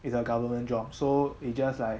it's our government job so it's just like